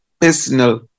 personal